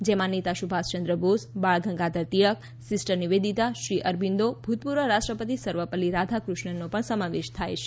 જેમાં નેતા સુભાષ ચંદ્ર બોઝ બાળ ગંગાધર તિળક સિસ્ટર નિવેદિતા શ્રી અરબિન્દો ભૂતપૂર્વ રાષ્ટ્રપતિ સર્વપલ્લી રાધાકૃષ્ણનનો પણ સમાવેશ થાય છે